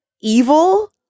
evil